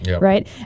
right